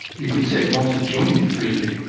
you could say it wants to join it really.